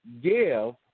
give